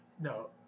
No